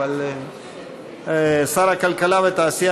גם ההצעה